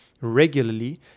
regularly